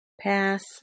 Pass